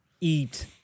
eat